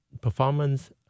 performance